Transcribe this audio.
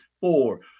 four